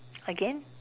again